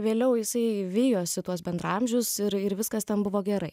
vėliau jisai vijosi tuos bendraamžius ir ir viskas ten buvo gerai